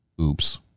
Oops